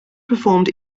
performed